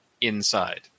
inside